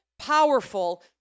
powerful